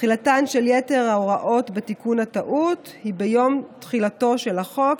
תחילתן של יתר ההוראות בתיקון הטעות היא ביום תחילתו של החוק,